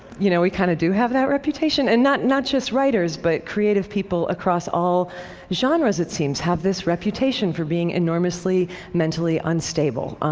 you know we kind of do have that reputation, and not not just writers, but creative people across all genres, it seems, have this reputation for being enormously mentally unstable.